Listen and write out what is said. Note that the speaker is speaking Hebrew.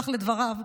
כך לדבריו,